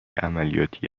عملیاتی